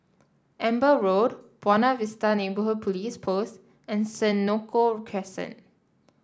Amber Road Buona Vista Neighbourhood Police Post and Senoko Crescent